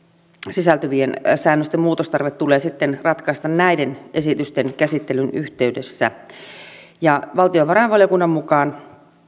sisältyvien säännösten muutostarve tulee sitten ratkaista näiden esitysten käsittelyn yhteydessä valtiovarainvaliokunnan mukaan